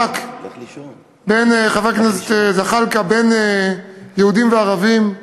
חבר הכנסת זחאלקה, בין יהודים וערבים,